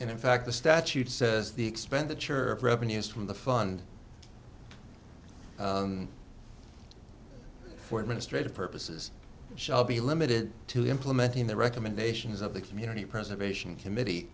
and in fact the statute says the expenditure of revenues from the fund for administrative purposes shall be limited to implementing the recommendations of the community preservation committee